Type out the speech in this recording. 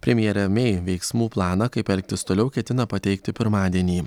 premjerė mei veiksmų planą kaip elgtis toliau ketina pateikti pirmadienį